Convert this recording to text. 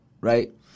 Right